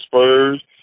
Spurs